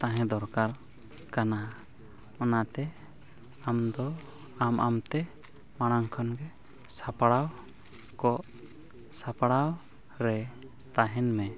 ᱛᱟᱦᱮᱸ ᱫᱚᱨᱠᱟᱨ ᱠᱟᱱᱟ ᱚᱱᱟᱛᱮ ᱟᱢ ᱫᱚ ᱟᱢ ᱟᱢᱛᱮ ᱢᱟᱲᱟᱝ ᱠᱷᱚᱱᱜᱮ ᱥᱟᱯᱲᱟᱣ ᱠᱚᱜ ᱥᱟᱯᱲᱟᱣ ᱨᱮ ᱛᱟᱦᱮᱱᱢᱮ